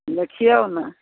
देखियौ ने